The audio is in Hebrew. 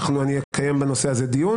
אני אקיים דיון